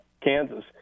Kansas